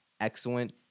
excellent